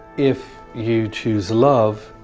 if you choose love,